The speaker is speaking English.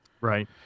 Right